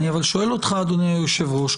אני שואל אותך אדוני היושב-ראש,